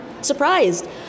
surprised